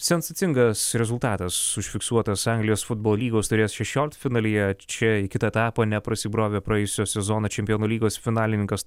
sensacingas rezultatas užfiksuotas anglijos futbolo lygos taurės šešioliktfinalyje čia į kitą etapą neprasibrovė praėjusio sezono čempionų lygos finalininkas